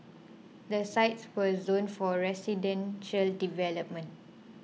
the sites were zoned for residential development